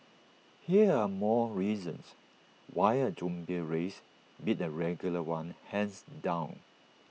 here are more reasons why A zombie race beat A regular one hands down